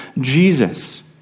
Jesus